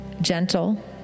gentle